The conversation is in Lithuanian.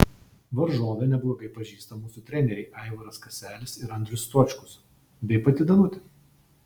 varžovę neblogai pažįsta mūsų treneriai aivaras kaselis ir andrius stočkus bei pati danutė